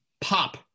pop